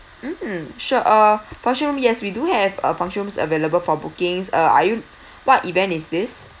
mm sure uh function yes we do have uh functions available for bookings uh are you what event is this